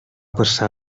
passar